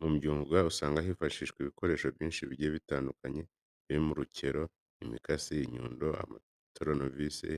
Mu myuga usanga hifashishwa ibikoresho byinshi bigiye bitandukanye birimo urukero, imikasi, inyundo, amatoronovisi,